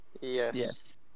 Yes